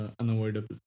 unavoidable